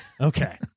Okay